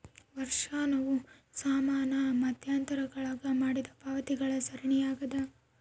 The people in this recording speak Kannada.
ವರ್ಷಾಶನವು ಸಮಾನ ಮಧ್ಯಂತರಗುಳಾಗ ಮಾಡಿದ ಪಾವತಿಗಳ ಸರಣಿಯಾಗ್ಯದ